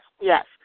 Yes